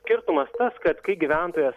skirtumas tas kad kai gyventojas